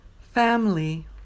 Family